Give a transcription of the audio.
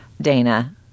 Dana